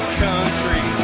country